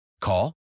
Call